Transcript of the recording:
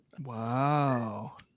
Wow